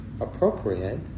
appropriate